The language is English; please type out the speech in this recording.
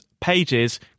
pages